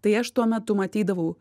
tai aš tuo metu matydavau